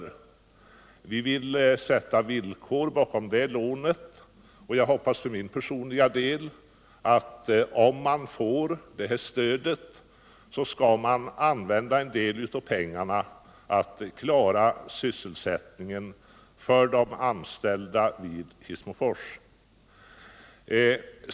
Men vi vill sätta upp villkor för det lånet, och jag hoppas för min personliga del att om bolaget får det här stödet skall en del av pengarna användas för att klara sysselsättningen för de anställda i Hissmofors.